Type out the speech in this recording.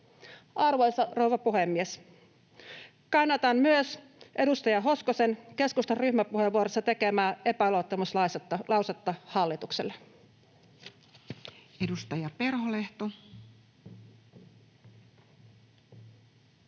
Arvoisa rouva puhemies! Kannatan myös edustaja Hoskosen keskustan ryhmäpuheenvuorossa tekemää epäluottamuslausetta hallitukselle. Edustaja Perholehto.